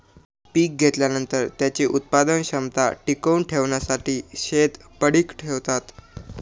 पीक घेतल्यानंतर, त्याची उत्पादन क्षमता टिकवून ठेवण्यासाठी शेत पडीक ठेवतात